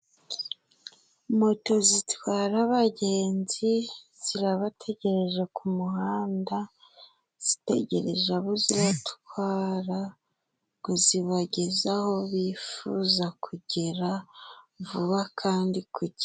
Moto zitwara abagenzi, zirabategereje ku muhanda, zitegereje abo ziratwara, ngo zibageze aho bifuza kugera, vuba kandi ku gihe.